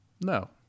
No